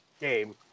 game